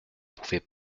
pouvait